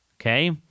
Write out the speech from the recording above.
Okay